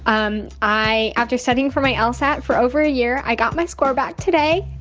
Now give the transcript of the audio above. um i after studying for my ah lsat for over a year, i got my score back today.